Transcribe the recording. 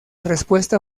respuesta